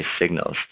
signals